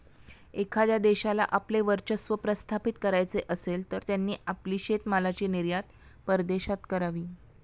एखाद्या देशाला आपले वर्चस्व प्रस्थापित करायचे असेल, तर त्यांनी आपली शेतीमालाची निर्यात परदेशात करावी